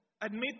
admit